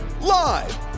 live